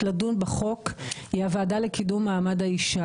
לדון בחוק היא הוועדה לקידום מעמד האישה,